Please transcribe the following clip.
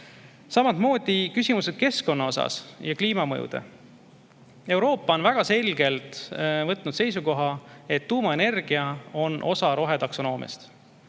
Samamoodi küsimused keskkonna ja kliimamõjude kohta. Euroopa on väga selgelt võtnud seisukoha, et tuumaenergia on osa rohetaksonoomiast.